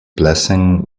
blessing